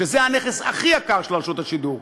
שזה הנכס הכי יקר של רשות השידור,